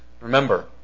remember